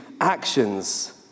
actions